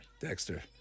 Dexter